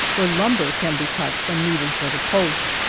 where lumber can be cut when needed for the post.